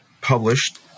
published